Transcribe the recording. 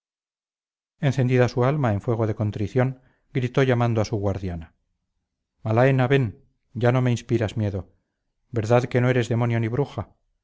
encendida su alma en fuego de contrición gritó llamando a su guardiana malaena ven ya no me inspiras miedo verdad que no eres demonio ni bruja